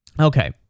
Okay